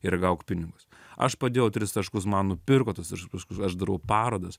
ir gauk pinigus aš padėjau tris taškus man nupirko tuos tris taškus aš darau parodas